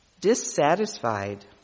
dissatisfied